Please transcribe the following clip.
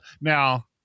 Now